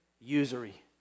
Usury